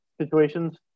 situations